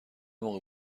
موقع